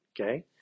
Okay